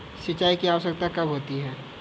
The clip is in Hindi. सिंचाई की आवश्यकता कब होती है?